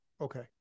okay